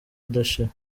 udashira